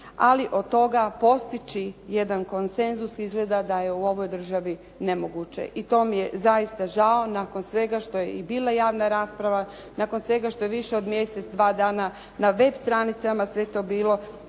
ali od toga postići jedan konsenzus izgleda da je u ovoj državi nemoguće i to mi je zaista žao nakon svega što je i bila javna rasprava. Nakon svega što je više od mjesec, dva dana na web stranicama sve to bilo